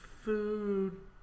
Food